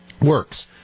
works